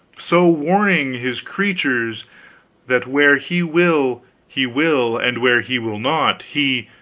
so warning his creatures that where he will he will, and where he will not he